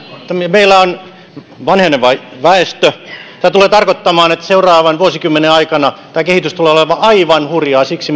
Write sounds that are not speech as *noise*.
meillä on vanheneva väestö tämä tulee tarkoittamaan että seuraavan vuosikymmenen aikana tämä kehitys tulee olemaan aivan hurjaa siksi *unintelligible*